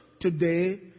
today